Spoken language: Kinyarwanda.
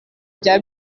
bya